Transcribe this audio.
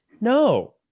No